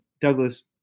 Douglas